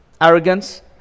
arrogance